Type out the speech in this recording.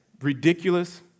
ridiculous